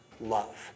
love